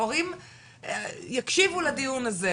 הורים יקשיבו לדיון הזה,